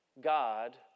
God